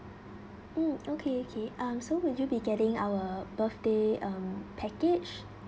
mm okay okay um so will you be getting our birthday um package